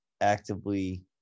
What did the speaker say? actively